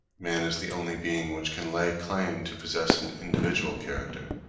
man is the only being which can lay claim to possess an individual character.